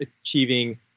achieving